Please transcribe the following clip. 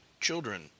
children